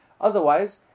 Otherwise